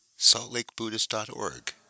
saltlakebuddhist.org